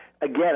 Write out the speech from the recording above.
again